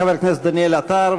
חבר הכנסת דניאל עטר,